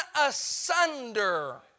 asunder